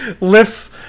lifts